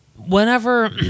Whenever